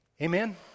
Amen